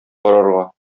карарга